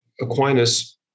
Aquinas